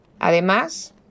Además